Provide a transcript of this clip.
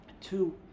Two